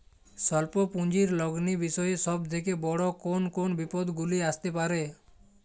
স্বল্প পুঁজির লগ্নি বিষয়ে সব থেকে বড় কোন কোন বিপদগুলি আসতে পারে?